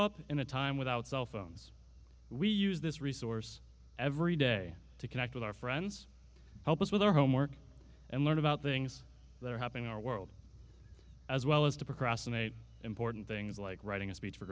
up in a time without cellphones we use this resource every day to connect with our friends help us with our homework and learn about things that are happening in our world as well as to procrastinate important things like writing a speech for